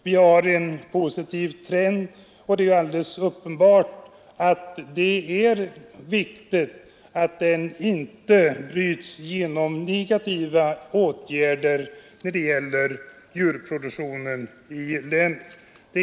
Vi har en positiv trend, och det är naturligtvis viktigt att den inte bryts genom negativa åtgärder mot djurproduktionen i länet.